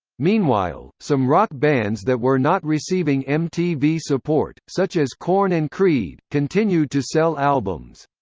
meanwhile, some rock bands that were not receiving mtv support, such as korn and creed, continued to sell albums.